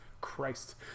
Christ